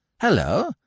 hello